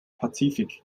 pazifik